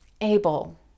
able